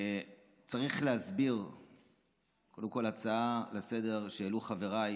צריך להסביר קודם כול: ההצעה לסדר-היום שהעלו חבריי